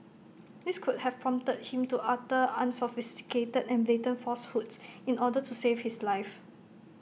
this could have prompted him to utter unsophisticated and blatant falsehoods in order to save his life